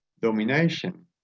domination